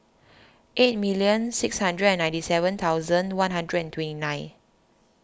eight million six hundred and ninety seven thousand one hundred and twenty nine